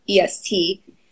EST